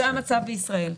זה המצב בישראל.